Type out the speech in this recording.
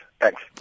Thanks